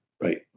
right